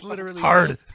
Hard